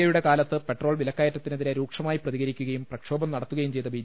A യുടെ കാലത്ത് petrol വിലക്കയറ്റത്തിനെതിരെ രൂക്ഷ മായി പ്രതികരിക്കുകയും പ്രക്ഷോഭം നടത്തുകയും ചെയ്ത ബി